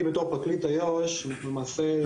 אני בתור פרקליט איו"ש למעשה.